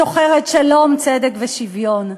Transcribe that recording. שוחרת שלום, צדק ושוויון,